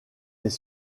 les